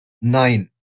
nine